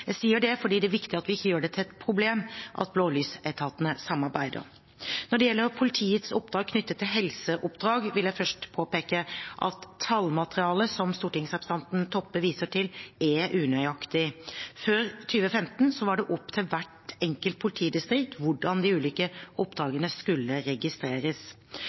Jeg sier dette fordi det er viktig at vi ikke gjør det til et problem at blålysetatene samarbeider. Når det gjelder politiets oppdrag knyttet til helseoppdrag, vil jeg først påpeke at tallmaterialet som stortingsrepresentant Toppe viser til, er unøyaktig. Før 2015 var det opp til hvert enkelt politidistrikt hvordan de ulike oppdragene skulle registreres.